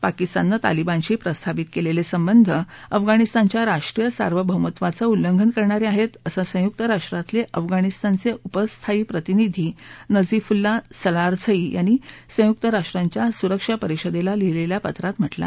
पाकिस्ताननं तालिबानशी प्रस्थापित केलेलं संबंध अफगाणिस्तानच्या राष्ट्रीय सार्वभौमत्वाचं उल्लंघन करणारे आहेत असं संयुक राष्ट्रातले अफगाणिस्तानचे उपस्थायी प्रतिनिधी नझीफुल्ला सलारझई यांनी संयुक राष्ट्रांच्या सुरक्षा सुरक्षा परिषदेला लिहिलेल्या पत्रात म्हटलं आहे